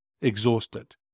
exhausted